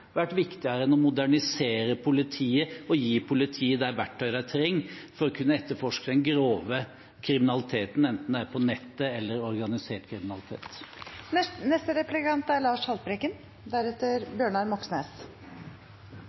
bevare lensmannskontorstrukturen vært viktigere enn å modernisere politiet og gi politiet de verktøy de trenger for å kunne etterforske den grove kriminaliteten, enten det er på nettet, eller det er organisert kriminalitet. Sommerens temperatur- og tørkerekorder viser oss hvor alvorlig klimatrusselen er,